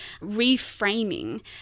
reframing